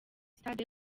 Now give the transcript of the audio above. stade